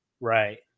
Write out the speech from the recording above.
Right